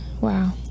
Wow